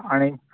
आणि